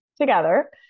together